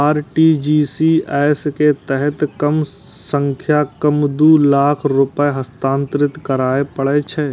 RTGS के तहत कम सं कम दू लाख रुपैया हस्तांतरित करय पड़ै छै